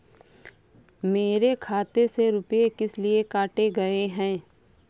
मेरे खाते से रुपय किस लिए काटे गए हैं?